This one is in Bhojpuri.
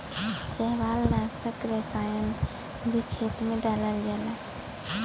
शैवालनाशक रसायन भी खेते में डालल जाला